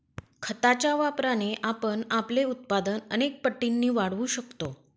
खताच्या वापराने आपण आपले उत्पादन अनेक पटींनी वाढवू शकतो